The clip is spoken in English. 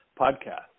podcast